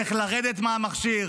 איך לרדת מהמכשיר.